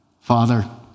Father